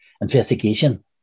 investigation